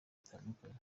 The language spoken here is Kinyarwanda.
batandukanye